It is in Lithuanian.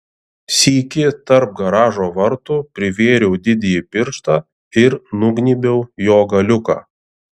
sykį tarp garažo vartų privėriau didįjį pirštą ir nugnybiau jo galiuką